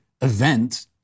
event